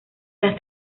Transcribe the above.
las